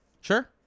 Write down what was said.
Sure